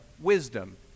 wisdom